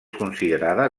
considerada